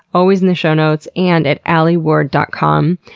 always in the show notes and at alieward dot com.